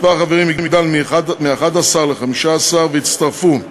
מספר החברים יגדל מ-11 ל-15, ויצטרפו: